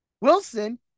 Wilson